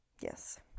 Yes